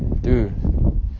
Dude